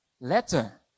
Letter